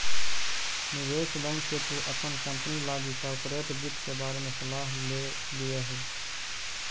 निवेश बैंक से तु अपन कंपनी लागी कॉर्पोरेट वित्त के बारे में सलाह ले लियहू